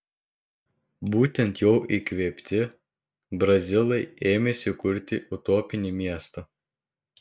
būtent jo įkvėpti brazilai ėmėsi kurti utopinį miestą